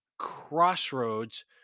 Crossroads